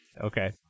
Okay